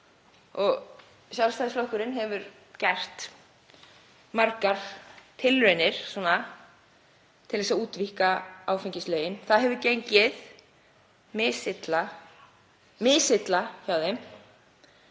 Sjálfstæðisflokkurinn hefur gert margar tilraunir til þess að útvíkka áfengislögin. Það hefur gengið misilla hjá þeim.